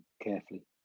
carefully